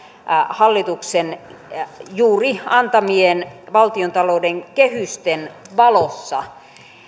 hallituksen juuri antamien valtiontalouden kehysten valossa